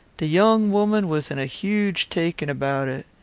the young woman was in a huge taking about it.